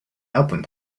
album